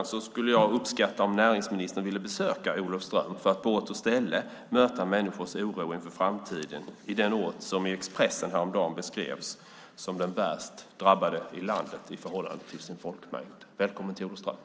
Men jag skulle uppskatta om näringsministern ville besöka Olofström för att möta människornas oro inför framtiden på ort och ställe, på den ort som häromdagen i Expressen beskrevs som den värst drabbade i landet i förhållande till folkmängden. Välkommen till Olofström!